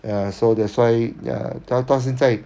ya so that's why ya 到到现在